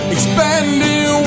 Expanding